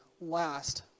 last